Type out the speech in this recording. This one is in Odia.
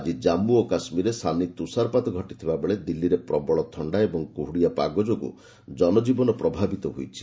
ଆଜି ଜାମ୍ପୁ ଓ କାଶ୍ମୀରରେ ସାନି ତୁଷାରପାତ ଘଟିଥିବା ବେଳେ ଦିଲ୍ଲୀରେ ପ୍ରବଳ ଥଣ୍ଡା ଓ କୁହୁଡ଼ିଆ ପାଗ ଯୋଗୁଁ ଜନଜୀବନ ପ୍ରଭାବିତ ହୋଇଛି